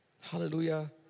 Hallelujah